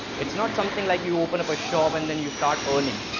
it's not something like you open up a shop and then you start earning